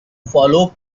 follow